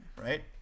right